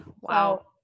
Wow